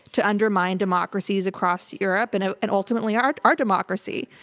to undermine democracies across europe and ah and ultimately our our democracy.